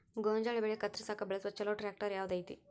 ಗೋಂಜಾಳ ಬೆಳೆ ಕತ್ರಸಾಕ್ ಬಳಸುವ ಛಲೋ ಟ್ರ್ಯಾಕ್ಟರ್ ಯಾವ್ದ್ ಐತಿ?